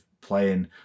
playing